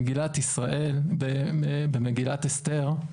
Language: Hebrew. במגילת אסתר,